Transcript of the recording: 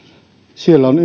siellä on